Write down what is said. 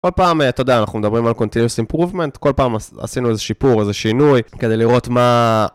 כל פעם, תודה, אנחנו מדברים על continuous improvement, כל פעם עשינו איזה שיפור, איזה שינוי, כדי לראות מה...